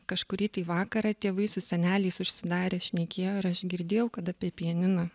kažkurį tai vakarą tėvai su seneliais užsidarę šnekėjo ir aš girdėjau kad apie pianiną